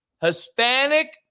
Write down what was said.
Hispanic